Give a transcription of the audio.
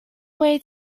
way